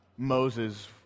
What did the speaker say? Moses